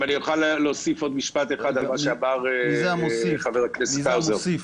אני מבקש להוסיף משפט על דבריו של חבר הכנסת האוזר.